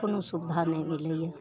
कोनो सुविधा नहि मिलैए